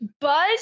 Buzz